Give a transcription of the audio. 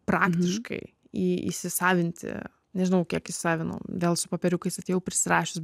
praktiškai įsisavinti nežinau kiek įsisavinau vėl su popieriukais atėjau prisirašius